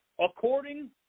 according